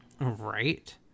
Right